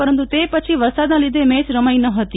પરંતુ તે પછી વરસાદના લીધે મેચ રમાઈ ન હતી